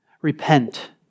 Repent